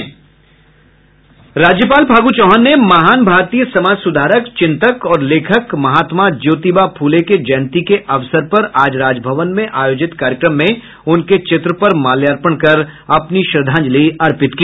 राज्यपाल फागू चौहान ने महान भारतीय समाज सुधारक चिंतक और लेखक महात्मा ज्योतिबा फूले के जयंती के अवसर पर आज राजभवन में आयोजित कार्यक्रम में उनके चित्र पर माल्यापर्ण कर अपनी श्रद्धांजलि अर्पित की